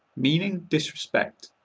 meaning disrespect.